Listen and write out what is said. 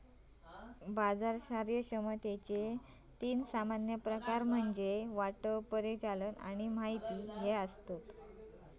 बाजार कार्यक्षमतेचा तीन सामान्य प्रकार म्हणजे वाटप, परिचालन आणि माहिती